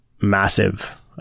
massive